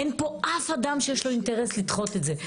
אין פה אף אדם שיש לו אינטרס לדחות את זה.